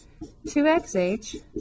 2xh